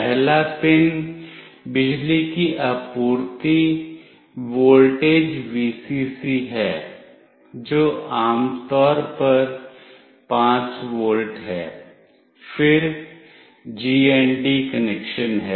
पहला पिन बिजली की आपूर्ति वोल्टेज Vcc है जो आमतौर पर 5 वोल्ट है फिर GND कनेक्शन है